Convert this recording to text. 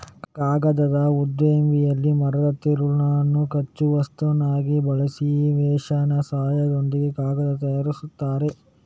ಕಾಗದದ ಉದ್ದಿಮೆಯಲ್ಲಿ ಮರದ ತಿರುಳನ್ನು ಕಚ್ಚಾ ವಸ್ತುವನ್ನಾಗಿ ಬಳಸಿ ಮೆಷಿನ್ ಸಹಾಯದಿಂದ ಕಾಗದ ತಯಾರಿಸ್ತಾರೆ